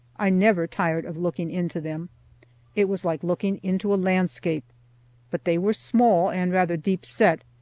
i never tired of looking into them it was like looking into a landscape but they were small and rather deep-set,